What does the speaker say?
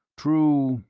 true,